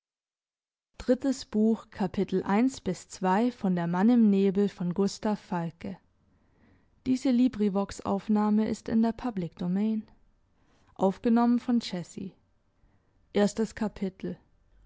der mann im nebel by gustav falke